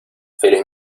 feliz